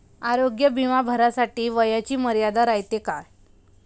आरोग्य बिमा भरासाठी वयाची मर्यादा रायते काय?